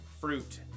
fruit